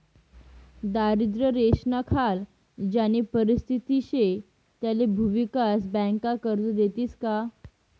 दारिद्र्य रेषानाखाल ज्यानी परिस्थिती शे त्याले भुविकास बँका कर्ज देतीस का?